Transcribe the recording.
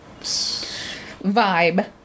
vibe